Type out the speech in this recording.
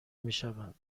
میشوند